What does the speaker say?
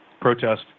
protest